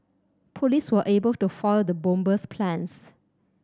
police were able to foil the bomber's plans